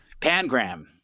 Pangram